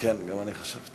כן, גם אני חשבתי.